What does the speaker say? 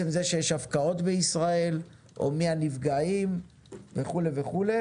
זה שיש הפקעות בישראל או מי הנפגעים וכו' וכו'.